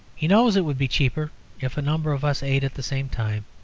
he knows it would be cheaper if a number of us ate at the same time,